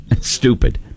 stupid